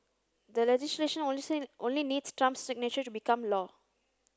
the legislation only needs Trump's signature to become law